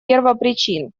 первопричин